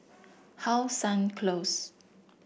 How Sun Close